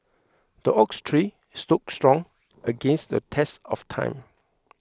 the oaks tree stood strong against the test of time